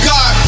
God